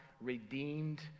redeemed